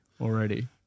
already